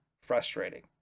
frustrating